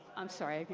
i'm sorry. i